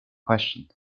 questioned